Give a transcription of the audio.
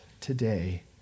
today